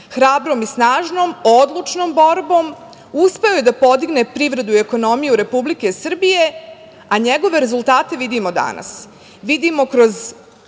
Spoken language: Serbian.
75%.Hrabrom i snažnom odlučnom borbom uspeo je da podigne privredu i ekonomiju Republike Srbije, a njegove rezultate vidimo danas.